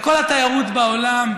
לכל התיירות בעולם,